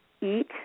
eat